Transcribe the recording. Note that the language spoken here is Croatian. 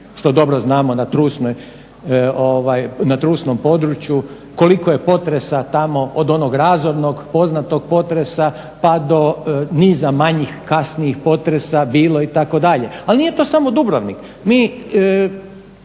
što dobro znamo na trusnom području, koliko je potresa tamo od onog razornog poznatog potresa pa do niza manjih kasnijih potresa bilo itd. Ali nije to samo Dubrovnik.